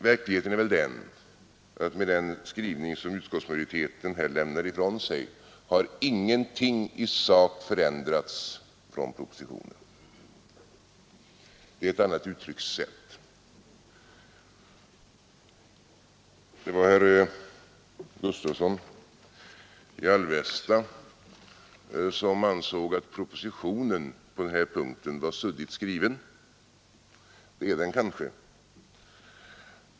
Verkligheten är väl den att med den skrivning som utskottsmajoriteten här lämnar ifrån sig har ingenting i sak förändrats från propositionen. Det är ett annat uttryckssätt. Herr Gustavsson i Alvesta ansåg att propositionen på den här punkten var suddigt skriven. Det är den kanske.